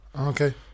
okay